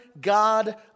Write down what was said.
God